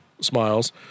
Smiles